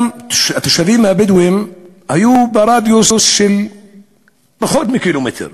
גם התושבים הבדואים היו ברדיוס של פחות מקילומטר.